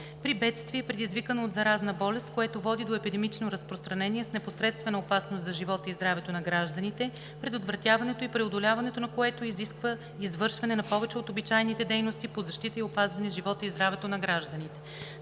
при бедствие, предизвикано от заразна болест, което води до епидемично разпространение с непосредствена опасност за живота и здравето на гражданите, предотвратяването и преодоляването на което изисква извършване на повече от обичайните дейности по защита и опазване живота и здравето на гражданите.